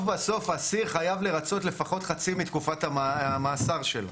אסיר חייב לרצות לפחות חצי מתקופת המאסר שלו.